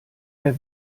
der